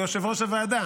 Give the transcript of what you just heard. ליושב-ראש הוועדה.